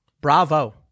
Bravo